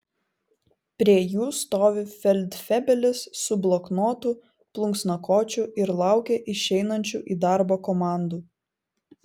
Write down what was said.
prie jų stovi feldfebelis su bloknotu plunksnakočiu ir laukia išeinančių į darbą komandų